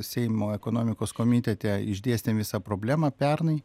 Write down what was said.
seimo ekonomikos komitete išdėstėm visą problemą pernai